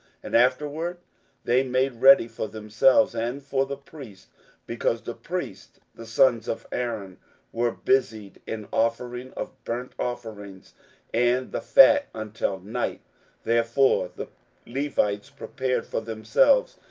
and afterward they made ready for themselves, and for the priests because the priests the sons of aaron were busied in offering of burnt offerings and the fat until night therefore the levites prepared for themselves,